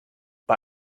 bei